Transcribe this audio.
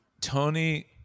Tony